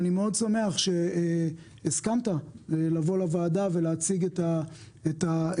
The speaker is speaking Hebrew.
אני שמח מאוד שהסכמת לבוא לוועדה ולהציג את הנושא.